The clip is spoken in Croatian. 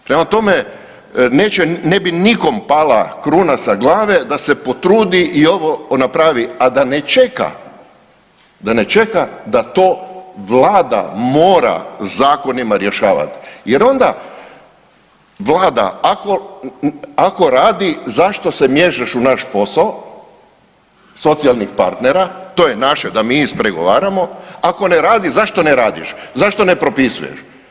Prema tome, neće, ne bi nikom pala kruna s glave da se potrudi i ovo napravi, a da ne čeka da to Vlada mora zakonima rješavati jer onda Vlada ako radi, zašto se miješaš u naš posao, socijalnih partnera, to je naše da mi ispregovaramo, ako ne radi, zašto ne radiš, zašto ne propisuješ.